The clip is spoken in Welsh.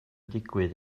digwydd